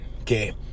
okay